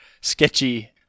sketchy